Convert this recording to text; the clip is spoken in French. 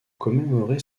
commémorer